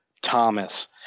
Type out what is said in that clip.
Thomas